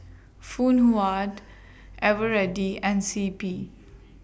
Phoon Huat Eveready and C P